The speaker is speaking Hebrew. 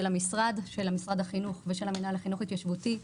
משרד החינוך ושל המינהל לחינוך התיישבותי.